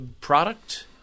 product